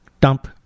dump